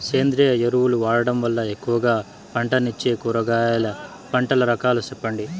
సేంద్రియ ఎరువులు వాడడం వల్ల ఎక్కువగా పంటనిచ్చే కూరగాయల పంటల రకాలు సెప్పండి?